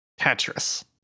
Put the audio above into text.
Tetris